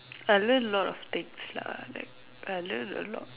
I learn lots of things lah like I learn a lot